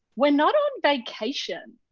we're not on vacation.